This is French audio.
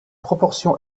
proportion